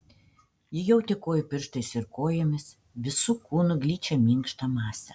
ji jautė kojų pirštais ir kojomis visu kūnu gličią minkštą masę